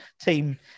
team